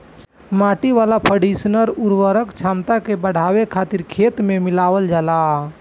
माटी वाला कंडीशनर उर्वरक क्षमता के बढ़ावे खातिर खेत में मिलावल जाला